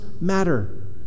matter